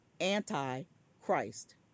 anti-Christ